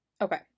Okay